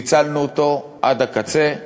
ניצלנו אותו עד הקצה,